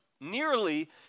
nearly